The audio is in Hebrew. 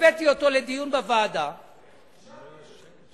הבאתי אותו לדיון בוועדה, אישרת אותו.